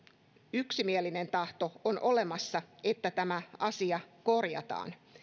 yksimielinen tahto että tämä asia korjataan